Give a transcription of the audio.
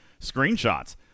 screenshots